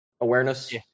awareness